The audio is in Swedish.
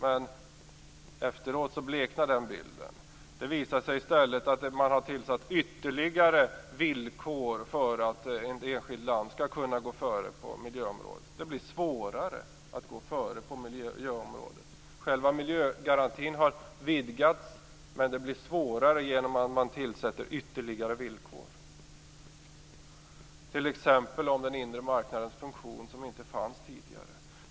Men efteråt bleknar den bilden. Det visade sig i stället att man tillsatt ytterligare villkor för att ett enskilt land skall kunna gå före på miljöområdet. Det blir svårare att gå före på miljöområdet. Själva miljögarantin har vidgats, men det blir svårare genom att man tillsätter ytterligare villkor, t.ex. om den inre marknadens funktion, som inte fanns tidigare.